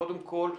קודם כול,